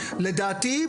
לדעתי,